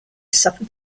suffered